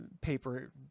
paper